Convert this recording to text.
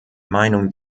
meinung